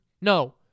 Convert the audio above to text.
No